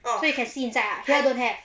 oh here you can see inside ah here don't have